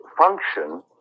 function